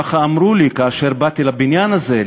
ככה אמרו לי כאשר באתי לבניין הזה,